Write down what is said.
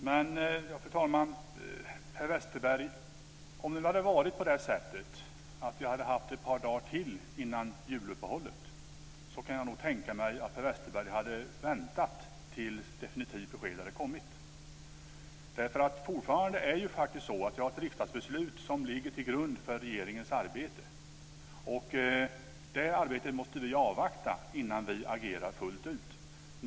Fru talman! Om vi hade haft ett par dagar till innan juluppehållet, kan jag tänka mig att Per Westerberg hade väntat tills ett definitivt besked hade kommit. Fortfarande är det faktiskt så att vi har ett riksdagsbeslut som ligger till grund för regeringens arbete. Det arbetet måste vi avvakta innan vi agerar fullt ut.